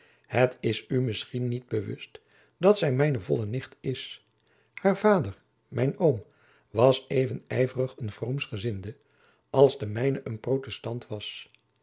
het is u misschien niet bewust dat zij mijne volle nicht is haar vader mijn oom was even ijverig een roomschgejacob van lennep de pleegzoon zinde als de mijne een protestant was